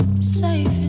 safe